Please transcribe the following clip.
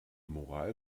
moral